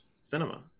cinema